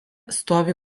stovi